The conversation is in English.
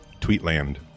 Tweetland